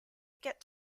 get